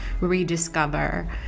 rediscover